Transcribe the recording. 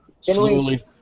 Slowly